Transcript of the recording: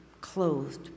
clothed